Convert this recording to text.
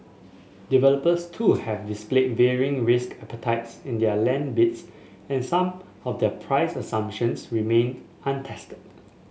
developers too have displayed varying risk appeties in their land bids and some of their price assumptions remained untested